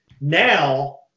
Now